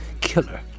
Killer